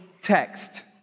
text